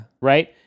Right